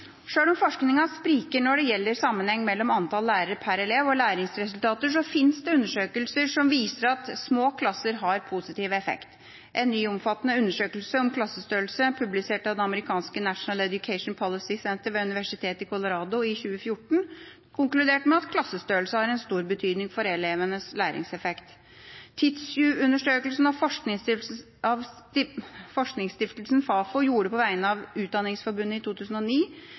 Sjøl om forskninga spriker når det gjelder sammenhengen mellom antall lærere per elev og læringsresultater, finnes det undersøkelser som viser at små klasser har positiv effekt. En ny, omfattende undersøkelse om klassestørrelse, publisert av det amerikanske National Education Policy Center ved universitetet i Colorado i 2014, konkluderte med at klassestørrelse har stor betydning for elevenes læringseffekt. Tidstyvundersøkelsen som forskningsstiftelsen Fafo gjorde på vegne av Utdanningsforbundet i 2009,